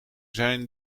zijn